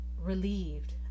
Relieved